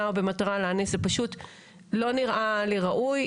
או במטרה להעניש זה פשוט לא נראה לי ראוי.